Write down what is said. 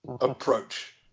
approach